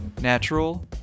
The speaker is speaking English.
natural